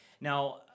Now